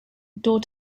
door